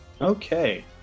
Okay